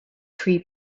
three